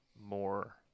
more